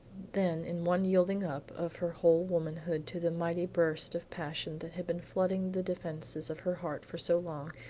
then in one yielding up of her whole womanhood to the mighty burst of passion that had been flooding the defenses of her heart for so long,